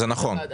זה נכון.